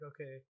okay